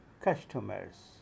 customers